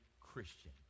Christian